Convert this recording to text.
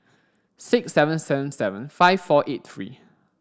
six seven seven seven five four eight three